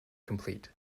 complete